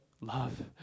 love